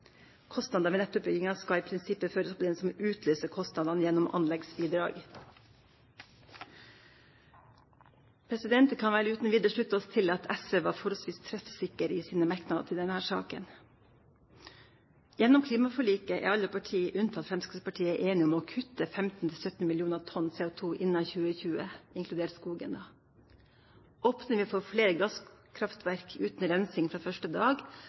Kostnader ved nettutbygging skal i prinsippet førast på den som utløyser kostnaden gjennom anleggsbidrag.» Vi kan vel uten videre slutte oss til at SV var forholdsvis treffsikker i sine merknader i saken. Gjennom klimaforliket er alle parti, unntatt Fremskrittspartiet, enige om å kutte 15–17 mill. tonn CO2 innen 2020, inkludert skog. Åpner vi for flere gasskraftverk uten rensing fra første dag,